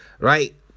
right